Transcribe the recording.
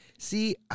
See